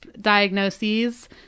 diagnoses